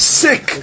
sick